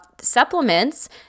supplements